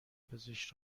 پزشک